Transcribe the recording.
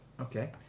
Okay